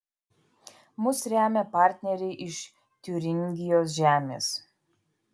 mus remia partneriai iš tiuringijos žemės